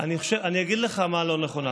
לא היה